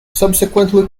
subsequently